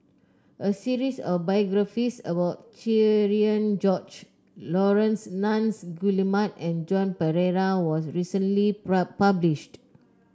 a series of biographies about Cherian George Laurence Nunns Guillemard and Joan Pereira was recently published